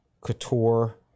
Couture